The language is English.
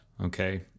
okay